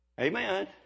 Amen